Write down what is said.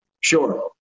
Sure